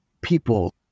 people